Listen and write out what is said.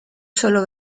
sólo